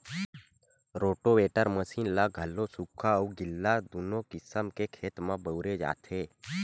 rotavator machine ल घलो सुख्खा अउ गिल्ला दूनो किसम के खेत म बउरे जाथे